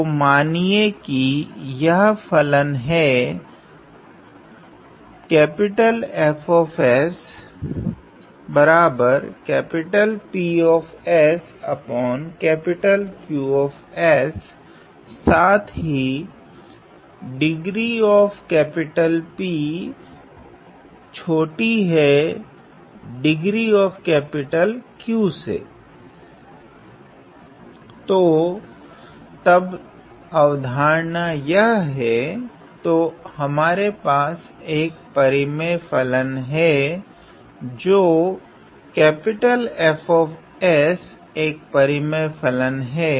तो मानिए की यह फलन हैं साथ ही deg deg तो तब अवधारणा यह हैं तो हमारे पास एक परिमेय फलन हैं तो F एक परिमेय फलन हैं